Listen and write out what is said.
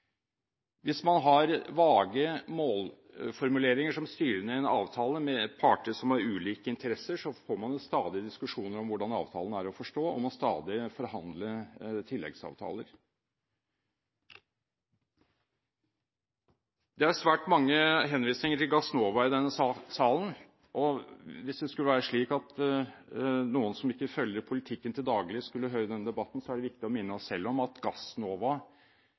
Hvis man har vage målformuleringer som styrende i en avtale med parter som har ulike interesser, får man jo stadig diskusjoner om hvordan avtalen er å forstå, og må stadig fremforhandle tilleggsavtaler. Det er svært mange henvisninger til Gassnova i denne salen. Hvis noen som ikke følger politikken til daglig, skulle høre denne debatten, er det viktig å minne oss selv om at Gassnova riktignok ble opprettet som et aksjeselskap, men at det i denne sammenheng var